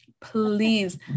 Please